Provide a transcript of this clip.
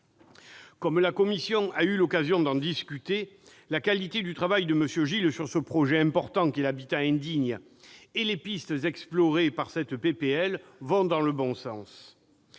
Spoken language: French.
La commission a eu l'occasion d'en discuter, la qualité du travail de M. Gilles sur ce sujet important qu'est l'habitat indigne et les pistes explorées par cette proposition de loi vont